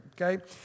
okay